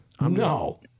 No